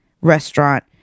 restaurant